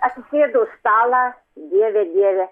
atsisėdau stalą dieve dieve